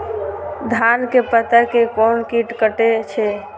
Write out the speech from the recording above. धान के पत्ता के कोन कीट कटे छे?